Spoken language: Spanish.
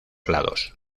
lados